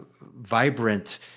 vibrant